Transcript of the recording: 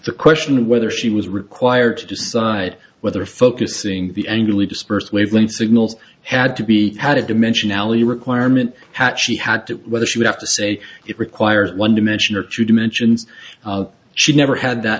the question of whether she was required to decide whether focusing the angular dispersed wavelength signals had to be had a dimensionality requirement that she had whether she would have to say it requires one dimension or two dimensions she never had that